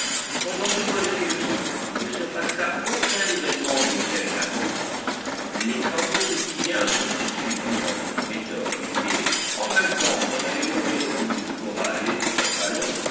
pendant ce mois de février il ne se passa aucun événement de quelque importance les travaux quotidiens se poursuivirent avec méthode et en même temps qu'on améliorait les routes du corral et du port ballon